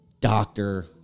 Doctor